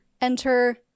Enter